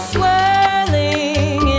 Swirling